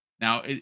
Now